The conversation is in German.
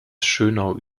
schönau